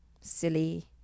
Silly